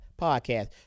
podcast